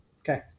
Okay